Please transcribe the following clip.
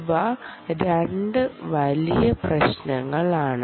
ഇവ 2 വലിയ പ്രശ്നങ്ങളാണ്